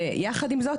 ויחד עם זאת,